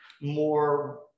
more